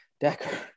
Decker